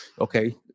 Okay